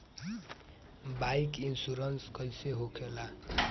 Bike insurance कैसे होखे ला?